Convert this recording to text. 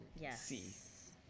yes